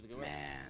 Man